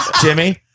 Jimmy